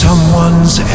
Someone's